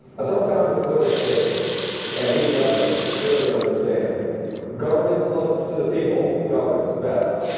as our founders clearly stated and we governors clearly understand government closest to the people governs best